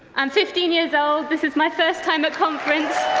and fifteen years old, this is my first time at conference!